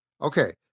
Okay